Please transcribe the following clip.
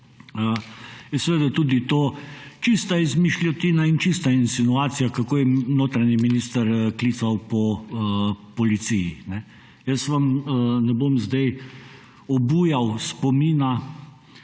je seveda tudi to čista izmišljotina in čista insinuacija, kako je notranji minister klical po policiji. Ne bom vam zdaj obujal spomina